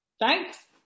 Thanks